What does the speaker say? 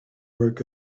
work